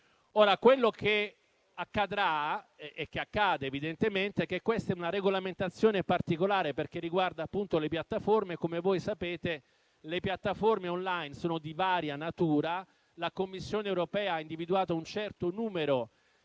Quello che accadrà, e che evidentemente accade, è che questa è una regolamentazione particolare, perché riguarda le piattaforme. Come sapete, le piattaforme *online* sono di varia natura. La Commissione europea ha individuato un certo numero di